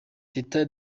teta